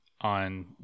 on